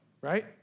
right